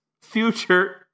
Future